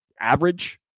average